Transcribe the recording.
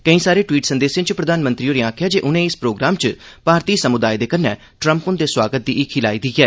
केई सारे टवीट् संदेसें च प्रधानमंत्री होरें आखेआ जे उनें इस प्रोग्राम च भारती समुदाय दे कन्नै ट्रम्प हुंदे सोआगत दी हीखी लाई दी ऐ